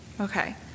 okay